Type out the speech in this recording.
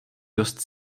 dost